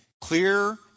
clear